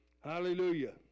hallelujah